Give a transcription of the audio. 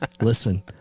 Listen